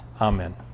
Amen